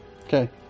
Okay